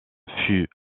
fut